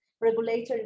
regulatory